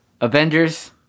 Avengers